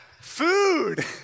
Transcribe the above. food